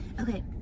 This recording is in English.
okay